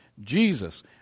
Jesus